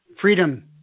Freedom